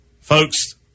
Folks